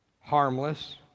harmless